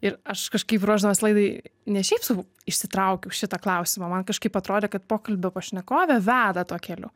ir aš kažkaip ruošdamas laidai ne šiaip sau išsitraukiau šitą klausimą man kažkaip atrodė kad pokalbio pašnekovė veda tuo keliu